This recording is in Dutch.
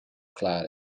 klaar